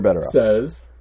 says